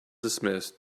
dismissed